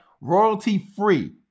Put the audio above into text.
Royalty-free